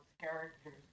characters